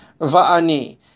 va'ani